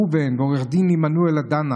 ראובן ועו"ד עמנואל הדנה,